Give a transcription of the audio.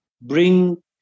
bring